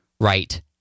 Right